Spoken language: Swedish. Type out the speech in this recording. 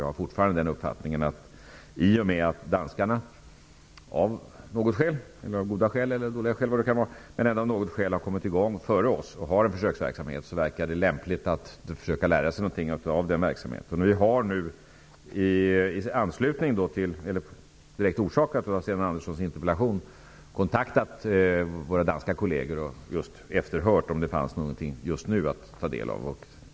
Jag har fortfarande uppfattningen att eftersom danskarna av något skäl, gott eller dåligt, kommit i gång före oss med en försöksverksamhet, verkar det lämpligt att vi försöker lära oss någonting av den verksamheten. Direkt orsakat av Sten Anderssons interpellation har våra danska kolleger kontaktats för att vi skulle få reda på om det fanns någonting att ta del av.